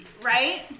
Right